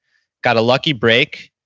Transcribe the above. got a lucky break,